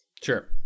Sure